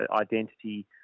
identity